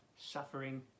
Suffering